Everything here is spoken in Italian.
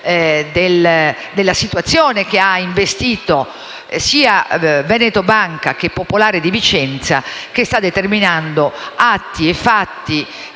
della situazione che ha investito sia Veneto Banca che la Banca popolare di Vicenza, determinando atti e fatti